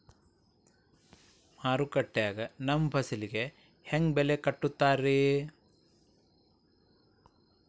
ಮಾರುಕಟ್ಟೆ ಗ ನಮ್ಮ ಫಸಲಿಗೆ ಹೆಂಗ್ ಬೆಲೆ ಕಟ್ಟುತ್ತಾರ ರಿ?